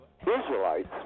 Israelites